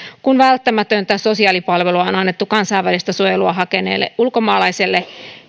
kun välttämätöntä sosiaalipalvelua on on annettu kansainvälistä suojelua hakeneelle ulkomaalaiselle